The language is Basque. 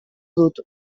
dut